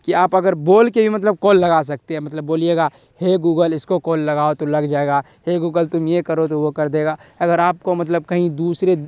کہ آپ اگر بول کے بھی مطلب کال لگا سکتے ہے مطلب بولیے گا ہے گوگل اس کو کال لگاؤ تو لگ جائے گا ہے گوگل تم یہ کرو تو وہ کر دے گا اگر آپ کو مطلب کہیں دوسرے